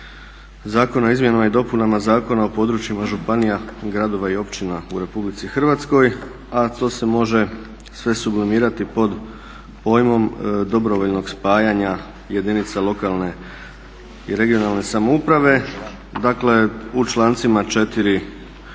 zakona o izmjenama i dopunama Zakona o područjima županija, gradova i općina u Republici Hrvatskoj, a to se može sve sublimirati pod pojmom dobrovoljnog spajanja jedinica lokalne i regionalne samouprave. Dakle, u člancima 4. i